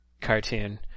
cartoon